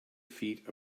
feet